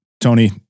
Tony